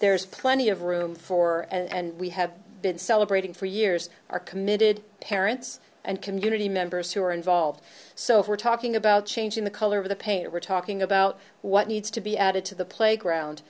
there's plenty of room for and we have been celebrating for years are committed parents and community members who are involved so if we're talking about changing the color of the paint we're talking about what needs to be added to the playground